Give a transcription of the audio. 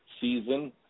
season